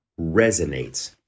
resonates